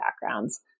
backgrounds